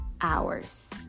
hours